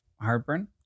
heartburn